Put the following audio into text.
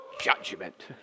judgment